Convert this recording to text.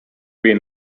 been